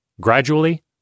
Gradually